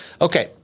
Okay